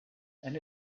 and